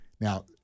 Now